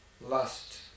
lust